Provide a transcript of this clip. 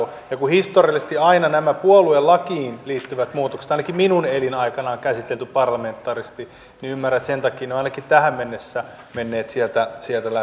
kun historiallisesti aina nämä puoluelakiin liittyvät muutokset ainakin minun elinaikanani on käsitelty parlamentaarisesti niin ymmärrän että sen takia ne ovat ainakin tähän mennessä menneet sieltä läpi